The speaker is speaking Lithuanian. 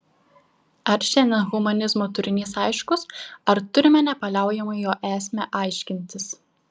ar šiandien humanizmo turinys aiškus ar turime nepaliaujamai jo esmę aiškintis